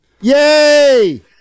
Yay